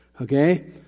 Okay